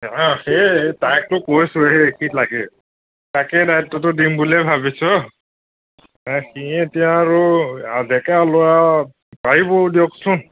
হয় সেই তাকটো কৈছোৱেই এক্টিভ লাগে তাকে দায়িত্বটো দিম বুলি ভাবিছোঁ সি এতিয়া আৰু ডেকা ল'ৰা পাৰিবও দিয়কচোন